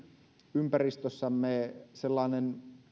ympäristössämme sellainen